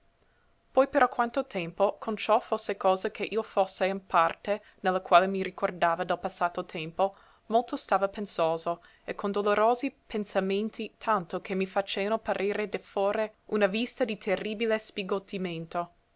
poi per alquanto tempo con ciò fosse cosa che io fosse in parte ne la quale mi ricordava del passato tempo molto stava pensoso e con dolorosi pensamenti tanto che mi faceano parere de fore una vista di terribile